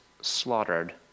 slaughtered